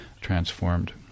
transformed